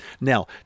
Now